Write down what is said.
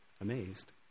amazed